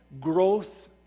growth